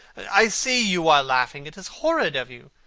i see you are laughing. it is horrid of you!